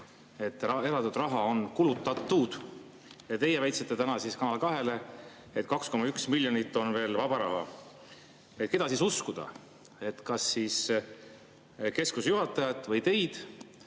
et eraldatud raha on kulutatud. Teie väitsite täna Kanal 2‑le, et 2,1 miljonit on veel vaba raha. Keda siis uskuda, kas keskuse juhatajat või teid?